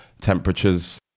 temperatures